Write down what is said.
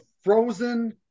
frozen